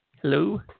Hello